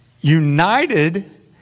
united